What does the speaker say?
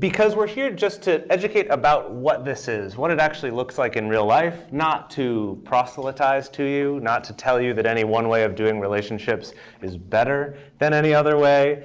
because we're here just to educate about what this is, what it actually looks like in real life not to proselytize to you, not to tell you that any one way of doing relationships is better than any other way,